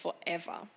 forever